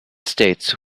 states